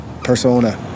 persona